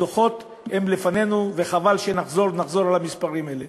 הדוחות הם לפנינו, וחבל שנחזור על המספרים האלה.